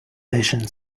vision